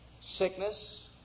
sickness